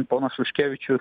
ponas šuškevičius